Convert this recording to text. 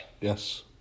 Yes